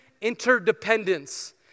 interdependence